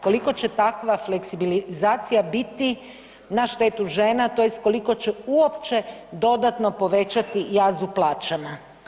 Koliko će takva fleksibilizacija biti na štetu žena tj. koliko će uopće dodatno povećati jaz u plaćama?